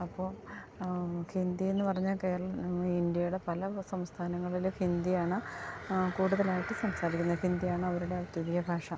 അപ്പോൾ ഹിന്ദി എന്നു പറഞ്ഞാൽ കേരളം ഇന്ത്യയുടെ പല സംസ്ഥാനങ്ങളിൽ ഹിന്ദിയാണ് കൂടുതലായിട്ട് സംസാരിക്കുന്നു ഹിന്ദിയാണവരുടെ ഔദ്യോഗിക ഭാഷ